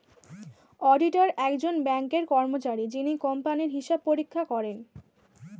auditor একজন ব্যাঙ্কের কর্মচারী যিনি কোম্পানির হিসাব পরীক্ষা করেন